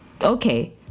Okay